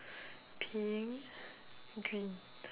pink green